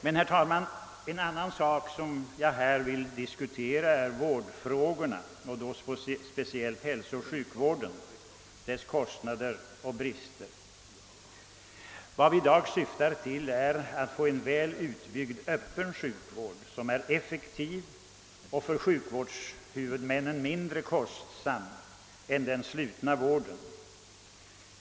Herr talman! Jag vill här närmast diskutera en annan sak, nämligen sjukoch hälsovården samt kostnader och brister på detta område. Vad vi i dag syftar till är att få en väl utbyggd öppen sjukvård som är effektiv och för sjukvårdshuvudmännen mindre kostsam än den slutna vården.